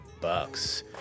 Bucks